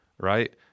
right